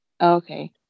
okay